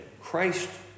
Christ